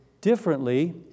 differently